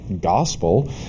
gospel